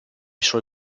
suoi